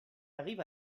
arrive